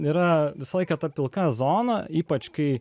yra visai ką ta pilka zona ypač kai